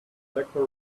slacker